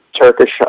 Turkish